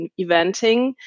eventing